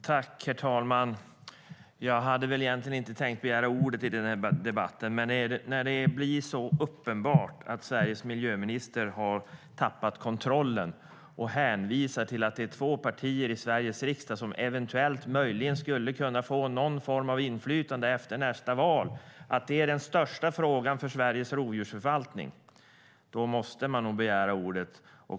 Herr talman! Jag hade egentligen inte tänkt begära ordet i den här debatten. Men när det blir uppenbart att Sveriges miljöminister har tappat kontrollen, när hon hänvisar till att det är två partier i Sveriges riksdag som eventuellt möjligen skulle kunna få någon form av inflytande efter nästa val och att det är den största frågan för Sveriges rovdjursförvaltning, då måste man nog begära ordet.